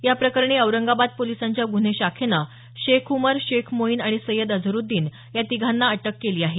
या प्रकरणी औरंगाबाद पोलिसांच्या गुन्हे शाखेनं शेख उमर शेख मोईन आणि सय्यद अझहरूद्दीन या तिघांना अटक केली आहे